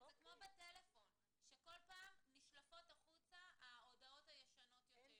כמו בטלפון כשכל פעם נשלפות החוצה ההודעות הישנות יותר.